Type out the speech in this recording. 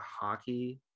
hockey